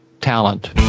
talent